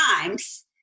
times